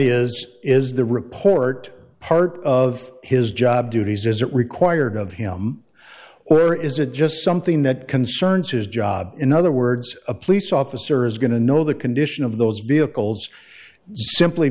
is is the report part of his job duties as it required of him where is a just something that concerns his job in other words a police officer is going to know the condition of those vehicles simply